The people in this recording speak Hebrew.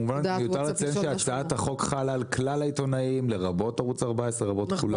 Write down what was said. למותר לציין שהצעת החוק חלה על כלל העיתונאים לרבות ערוץ 14 לרבות כולם.